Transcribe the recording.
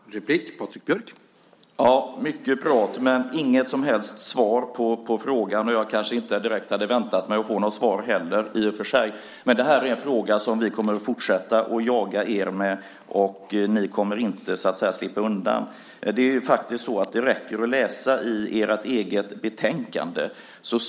Herr talman! Det var mycket prat men inget som helst svar på frågan. I och för sig hade jag kanske inte heller väntat mig att få något svar. Det här är en fråga där vi kommer att fortsätta att jaga er, och ni kommer inte att slippa undan. Det räcker faktiskt att läsa i ert eget betänkande.